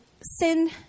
sin